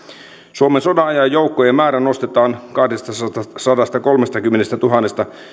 suomen sodanajan joukkojen määrä nostetaan kahdestasadastakolmestakymmenestätuhannesta